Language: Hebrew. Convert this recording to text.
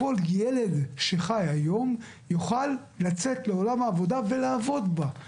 כל ילד שחי היום יוכל לצאת לעולם העבודה ולעבוד בה.